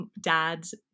dad's